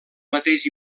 mateix